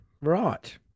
right